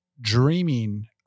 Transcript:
dreaming